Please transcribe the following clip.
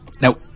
Now